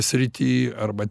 srity arba